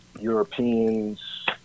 Europeans